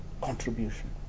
contribution